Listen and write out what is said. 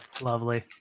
Lovely